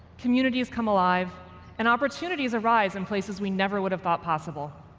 communities come alive and opportunities arise in places we never would have thought possible.